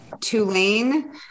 Tulane